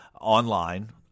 online